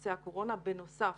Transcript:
נושא הקורונה, בנוסף